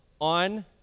on